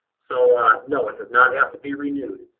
so no it does not have to be renewed.